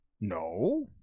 No